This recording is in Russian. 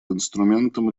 инструментом